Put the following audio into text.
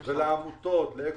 לעמותות, לאקואושן,